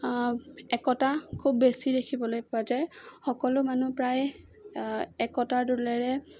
একতা খুব বেছি দেখিবলৈ পোৱা যায় সকলো মানুহ প্ৰায় একতাৰ দোলেৰে